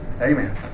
Amen